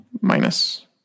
Minus